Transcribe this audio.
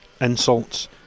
insults